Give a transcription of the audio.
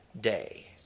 day